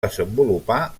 desenvolupar